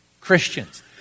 Christians